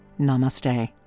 namaste